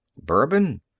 Bourbon